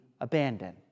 abandoned